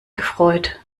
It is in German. gefreut